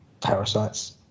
parasites